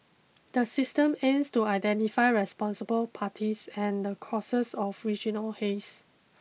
the system is to identify responsible parties and the causes of regional haze